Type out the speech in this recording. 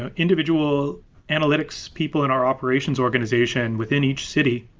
ah individual analytics people in our operations organization within each city.